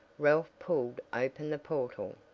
ralph pulled open the portal.